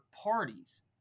parties